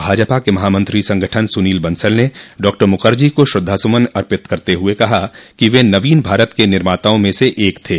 भाजपा के महामंत्री संगठन सुनील बंसल ने डॉक्टर मुखर्जी को श्रद्धासुमन अर्पित करते हुये कहा कि वे नवीन भारत के निर्माताओं में से एक थे